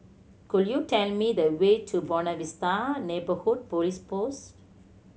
could you tell me the way to Buona Vista Neighbourhood Police Post